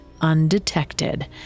undetected